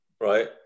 right